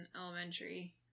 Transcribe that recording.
elementary